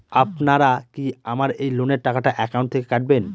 আপনারা কি আমার এই লোনের টাকাটা একাউন্ট থেকে কাটবেন?